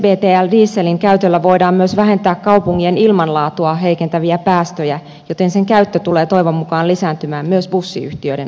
nexbtl dieselin käytöllä voidaan myös vähentää kaupunkien ilmanlaatua heikentäviä päästöjä joten sen käyttö tulee toivon mukaan lisääntymään myös bussiyhtiöiden ajoneuvoissa